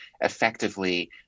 effectively